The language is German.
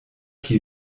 hier